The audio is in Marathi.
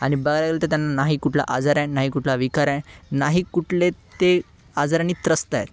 आणि बघायला गेलं तर त्यांना नाही कुठला आजार आहे नाही कुठला विकार आहे नाही कुठले ते आजारानी त्रस्त आहेत